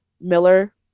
Miller